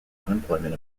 unemployment